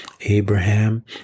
Abraham